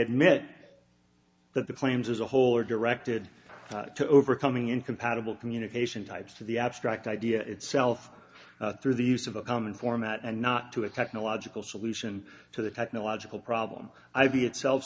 met that the claims as a whole are directed to overcoming incompatible communication types to the abstract idea itself through the use of a common format and not to a technological solution to the technological problem i b itself